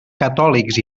catòlics